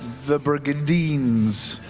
the brigadines.